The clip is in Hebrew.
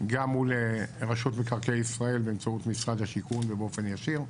גם מול רשות מקרקעי ישראל באמצעות משרד השיכון ובאופן ישיר,